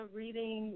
reading